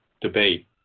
debate